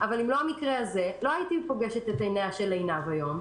אבל אם לא המקרה הזה לא הייתי פוגשת את עיניה של עינב היום.